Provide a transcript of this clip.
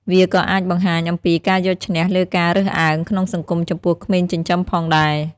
វាក៏អាចបង្ហាញអំពីការយកឈ្នះលើការរើសអើងក្នុងសង្គមចំពោះក្មេងចិញ្ចឹមផងដែរ។